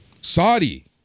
Saudi